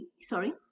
sorry